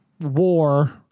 war